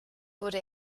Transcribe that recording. wurde